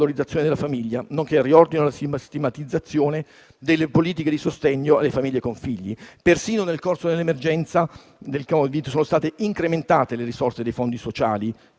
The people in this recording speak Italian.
della famiglia, nonché di riordino e sistematizzazione delle politiche di sostegno alle famiglie con figli. Persino nel corso dell'emergenza Covid sono state incrementate le risorse dei fondi sociali